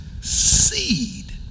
seed